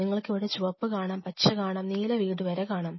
നിങ്ങൾക്ക് ഇവിടെ ചുവപ്പ് കാണാം പച്ച കാണാം നീല വീട് വരെ കാണാം